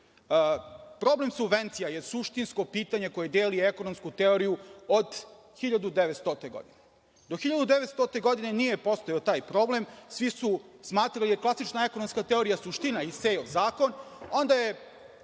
subvencija je suštinsko pitanje koje deli ekonomsku teoriju od 1900. godine. Do 1900. godine nije postojao taj problem. Svi su smatrali da je klasična ekonomska teorija suština Isejov zakon, onda je